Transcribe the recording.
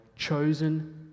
chosen